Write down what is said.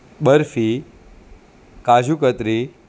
barfi કાજુકતરી